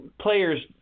players –